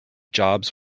jobs